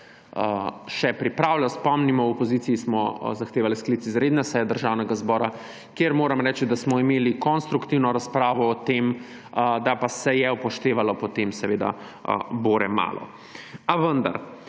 še pripravljal. Spomnimo, v opoziciji smo zahtevali sklic izredne seje Državnega zbora, kjer moram reči, da smo imeli konstruktivno razpravo o tem, da pa se je upoštevalo potem seveda bore malo. A vendar.